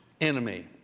enemy